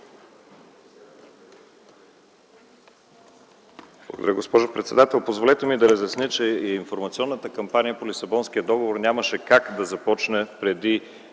Благодаря, госпожо председател. Позволете ми да разясня, че информационната кампания по Лисабонския договор нямаше как да започне преди